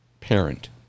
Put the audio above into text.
parent